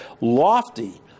lofty